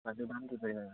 అది దాంతో